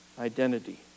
identity